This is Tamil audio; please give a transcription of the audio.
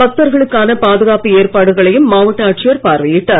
பக்தர்களுக்கான பாதுகாப்பு ஏற்பாடுகளையும் மாவட்ட ஆட்சியர் பார்வையிட்டார்